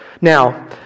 Now